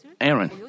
Aaron